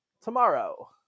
tomorrow